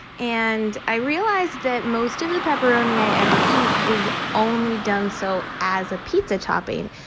and i realized that most of the pepperoni i ever eat is only done so as a pizza topping.